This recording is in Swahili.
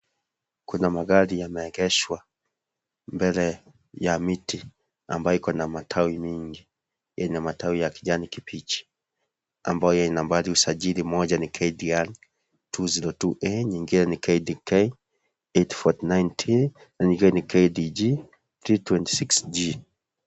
Kuna magari yameegeshwa mbele ya miti ambayo iko na matawi mingi. Yenye matawi ya kijani kibichi. Ambayo yenye nambari ya usajiri moja ni KDR 202A, nyingine ni KDK 849T na nyingine ni KDG T26G.